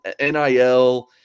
NIL